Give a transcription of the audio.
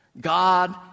God